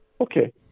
okay